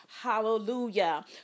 Hallelujah